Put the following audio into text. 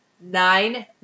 nine